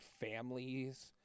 families